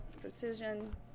precision